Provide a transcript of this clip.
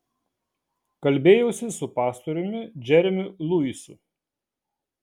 kalbėjausi su pastoriumi džeremiu luisu